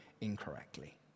incorrectly